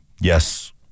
Yes